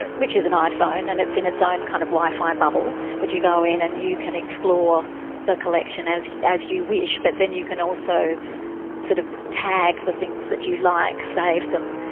ah which is an iphone and it's in its own kind of wi-fi bubble, but you go in and you can explore the collection as as you wish, but then you can also sort of tag the things that you like, save them,